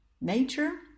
nature